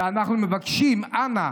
ואנחנו מבקשים: אנא,